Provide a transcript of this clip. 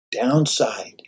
downside